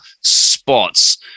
spots